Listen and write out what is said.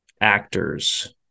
actors